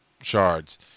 shards